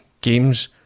games